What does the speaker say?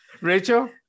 Rachel